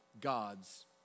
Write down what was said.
God's